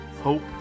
Hope